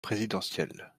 présidentiel